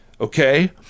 okay